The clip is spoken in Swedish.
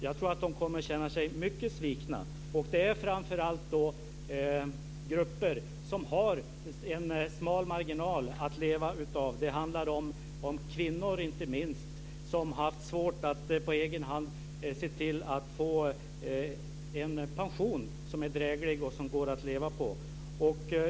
Jag tror att de kommer att känna sig mycket svikna, och det är framför allt grupper som har en smal marginal att leva på. Det handlar om inte minst kvinnor som har haft svårt att på egen hand se till att få en pension som är dräglig och som går att leva på.